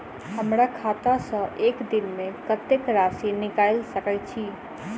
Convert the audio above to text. हमरा खाता सऽ एक दिन मे कतेक राशि निकाइल सकै छी